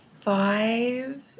five